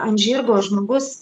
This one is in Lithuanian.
ant žirgo žmogus